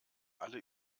alle